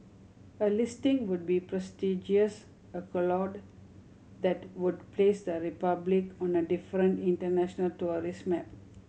a listing would be prestigious that would place the Republic on a different international tourist map